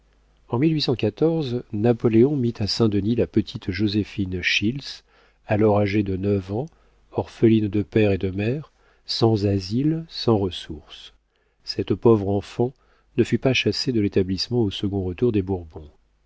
en napoléon mit à saint-denis la petite joséphine schiltz alors âgée de neuf ans orpheline de père et de mère sans asile sans ressources cette pauvre enfant ne fut pas chassée de l'établissement au second retour des bourbons